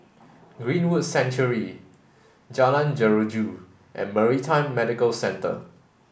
Greenwood Sanctuary Jalan Jeruju and Maritime Medical Centre